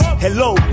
Hello